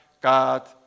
God